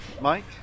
mike